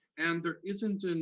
and there isn't, and